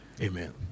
Amen